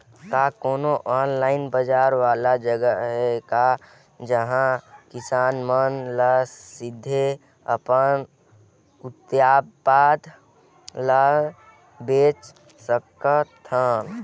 का कोनो ऑनलाइन बाजार वाला जगह हे का जहां किसान मन ल सीधे अपन उत्पाद ल बेच सकथन?